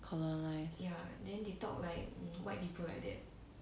colonised